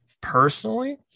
personally